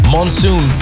Monsoon